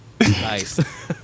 Nice